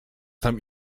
tam